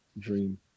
dream